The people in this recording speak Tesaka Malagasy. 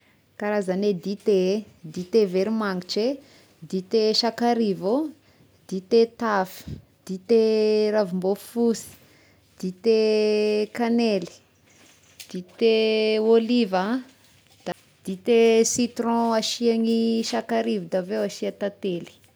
Karazagne dite eh: dite veromangitry eh, dite sakarivo oh, dite taf, dite ravimbôfosy, dite kanely, dite ôliva ah, da dite citron asiany sakarivo da avy eo asia tantely.